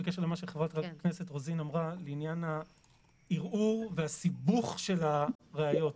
בקשר למה שחברת הכנסת רוזין אמרה בעניין הערעור והסיבוך של הראיות.